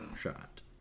Shot